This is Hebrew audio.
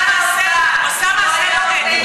את עושה מעשה לא ראוי ולא אתי.